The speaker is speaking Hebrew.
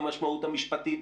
במשמעות המשפטית,